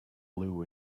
loo